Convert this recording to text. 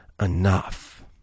enough